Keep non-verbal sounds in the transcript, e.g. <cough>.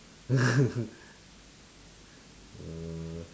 <laughs> uh